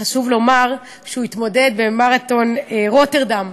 חשוב לומר, שהוא התמודד במרתון רוטרדם,